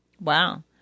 Wow